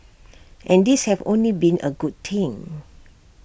and these have only been A good thing